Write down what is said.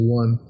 one